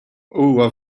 huwa